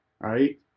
right